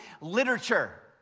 literature